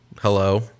Hello